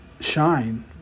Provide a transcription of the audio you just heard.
shine